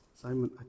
Simon